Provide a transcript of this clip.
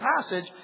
passage